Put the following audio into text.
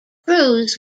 crews